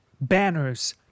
Banners